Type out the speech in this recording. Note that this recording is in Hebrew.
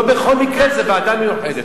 לא בכל מקרה זו ועדה מיוחדת.